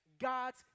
God's